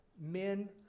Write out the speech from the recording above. men